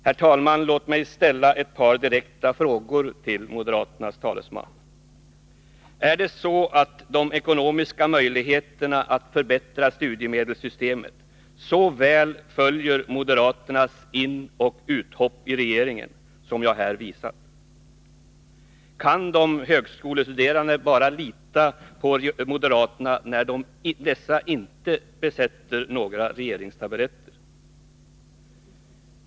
Herr talman! Låt mig ställa ett par direkta frågor till moderaternas talesman! Är det så att de ekonomiska möjligheterna att förbättra studiemedelssystemet så väl följer moderaternas inoch uthopp i regeringen som jag här har visat? Kan de högskolestuderande bara lita på moderaterna när dessa inte besätter några regeringstaburetter?